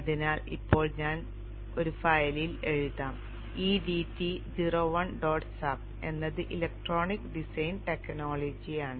അതിനാൽ ഇപ്പോൾ ഞാൻ ഒരു ഫയലിൽ എഴുതാം e d t 01 dot sub എന്നത് ഇലക്ട്രോണിക് ഡിസൈൻ ടെക്നോളജിയാണ്